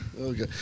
okay